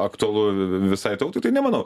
aktualu visai tautai tai nemanau